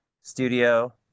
studio